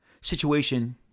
situation